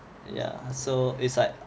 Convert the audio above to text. ya so it's like